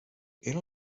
era